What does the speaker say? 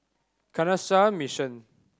Canossian Mission